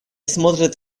смотрят